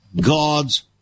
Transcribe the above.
God's